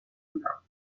بودم